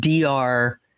DR